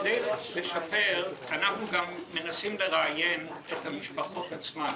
כדי לשפר אנחנו גם מנסים לראיין את המשפחות עצמן,